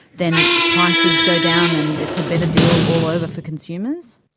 then prices go down and it's a better deal all over for consumers?